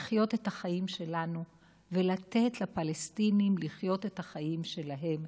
לחיות את החיים שלנו ולתת לפלסטינים לחיות את החיים שלהם.